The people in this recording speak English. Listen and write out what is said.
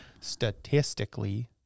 statistically